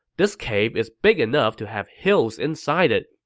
this cave is big enough to have hills inside it,